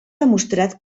demostrat